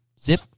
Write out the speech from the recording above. Zip